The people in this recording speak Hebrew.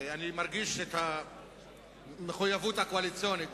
ואני מרגיש את המחויבות הקואליציונית,